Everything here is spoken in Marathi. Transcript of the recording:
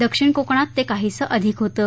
दक्षिण कोकणात ते काहीसं अधिक होतं